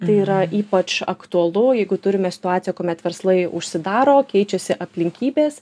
tai yra ypač aktualu jeigu turime situaciją kuomet verslai užsidaro keičiasi aplinkybės